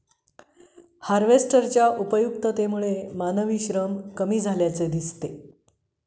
हार्वेस्टरच्या उपयुक्ततेमुळे मानवी श्रम कमी असल्याचे दिसते